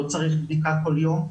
לא צריך בדיקה כל יום,